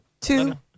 two